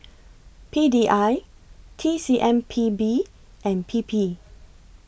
P D I T C M P B and P P